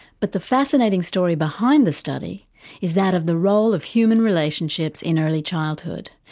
but the fascinating story behind the study is that of the role of human relationships in early childhood.